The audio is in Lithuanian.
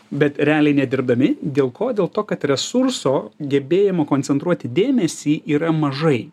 bet realiai nedirbdami dėl ko dėl to kad resurso gebėjimo koncentruoti dėmesį yra mažai